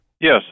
Yes